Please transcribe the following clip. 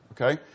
okay